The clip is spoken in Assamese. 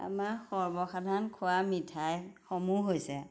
আমাৰ সৰ্বসাধাৰণ খোৱা মিঠাইসমূহ হৈছে